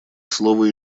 слово